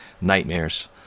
nightmares